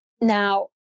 Now